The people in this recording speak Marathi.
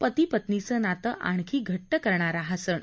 पती पत्नीचं नातं आणखी घट्ट करणारा हा सण